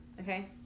Okay